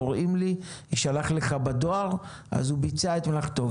שקוראים לו זה יישלח לו בדואר - הוא ביצע את מלאכתו.